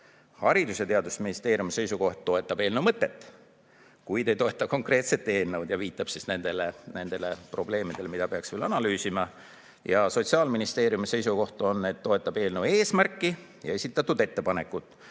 Haridus- ja Teadusministeeriumi seisukohas toetatakse eelnõu mõtet, kuid ei toeta konkreetset eelnõu. Viidatakse nendele probleemidele, mida peaks analüüsima. Sotsiaalministeeriumi seisukoht on, et toetatakse eelnõu eesmärki ja esitatud ettepanekut,